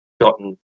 gotten